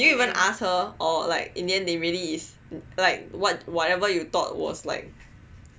did you even ask her or like in the end they really is like what whatever you thought was like